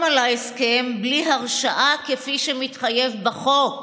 על ההסכם בלי הרשאה כפי שמתחייב בחוק,